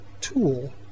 tool